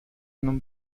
n’ont